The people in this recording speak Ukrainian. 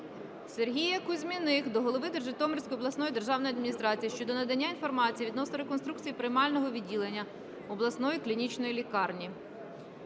Сергія Кузьміних до голови Житомирської обласної державної адміністрації щодо надання інформації відносно реконструкції приймального відділення обласної клінічної лікарні.